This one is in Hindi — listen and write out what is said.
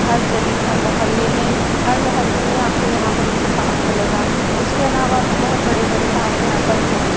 हर गली हर मोहल्ले में हर मोहल्ले में आपको यहाँ पर एक तो पार्क मिलेगा उसके अलावा भी बहुत बड़े बड़े पार्क यहाँ पर हैं